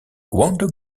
wonder